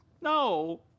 No